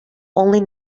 only